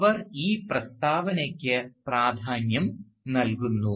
അവർ ഈ പ്രസ്താവനയ്ക്ക് പ്രാധാന്യം നൽകുന്നു